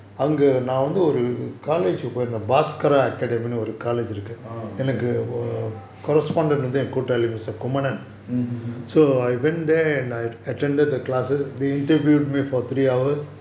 orh okay mmhmm hmm